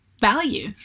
value